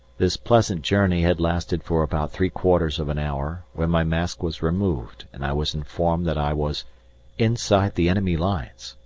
this pleasant journey had lasted for about three-quarters of an hour when my mask was removed and i was informed that i was inside the enemy lines!